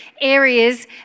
areas